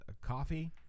coffee